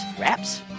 wraps